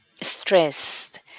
stressed